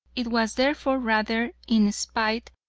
it was therefore rather in spite,